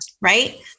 Right